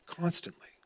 Constantly